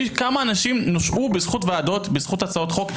כמה אנשים נושעו בזכות ועדות, בזכות הצעות חוק?